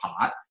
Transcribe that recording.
pot